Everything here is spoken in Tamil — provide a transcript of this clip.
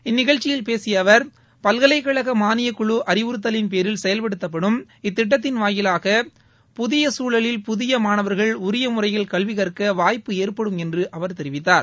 இந்நிகழ்ச்சியில் பேசிய அவர் பல்கலைக்கழக மாளியக் குழு அறிவுறுத்தலின்பேரில் செயல்படுத்தப்படும் இத்திட்டத்தின் வாயிலாக புதிய சூழலில் புதிய மாணவர்கள் உரிய மூறையில் கல்வி கற்க வாய்ப்பு ஏற்படும் என்று அவர் தெரிவித்தார்